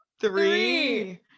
three